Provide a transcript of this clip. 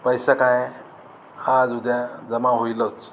पैसा काय आज उद्या जमा होईलच